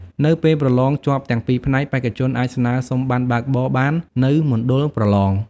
នៅពេលប្រឡងជាប់ទាំងពីរផ្នែក បេក្ខជនអាចស្នើសុំប័ណ្ណបើកបរបាននៅមណ្ឌលប្រឡង។